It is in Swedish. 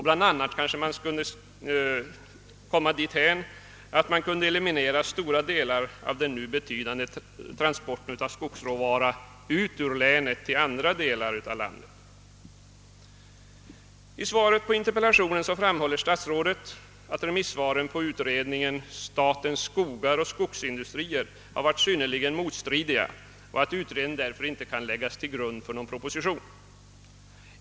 a. skulle man kanske kunna komma dithän att stora delar av de nu betydande transporterna av skogsråvaror ut ur länet till andra delar av landet kunde elimineras. I svaret på min interpellation framhåller statsrådet att remissvaren på utredningen Statens skogar och skogsindustrier har varit synnerligen motstridiga och att utredningen därför icke kan läggas till grund för en proposition.